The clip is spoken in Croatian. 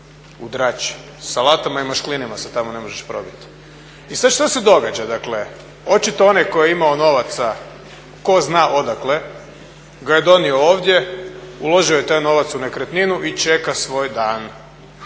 u drači, salatama i mašklinima se tamo ne možeš probiti. I sad što se događa? Dakle, očito onaj koji je imao novaca tko zna odakle ga je donio ovdje, uložio je taj novac u nekretninu i čeka svoj dan.